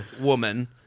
woman